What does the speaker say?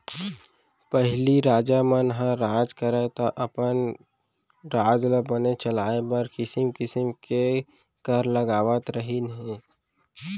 पहिली राजा मन ह राज करयँ तौ अपन राज ल बने चलाय बर किसिम किसिम के कर लगावत रहिन हें